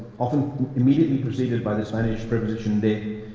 often immediately proceeded by the spanish preposition de,